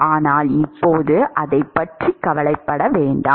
ஆனால் இப்போது அதைப் பற்றி கவலைப்பட வேண்டாம்